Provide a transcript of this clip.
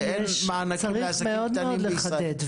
שאין מענקים לעסקים קטנים בישראל.